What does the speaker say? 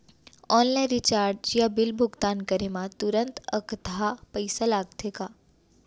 Online recharge या bill भुगतान करे मा तुरंत अक्तहा पइसा लागथे का?